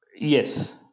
Yes